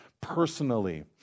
personally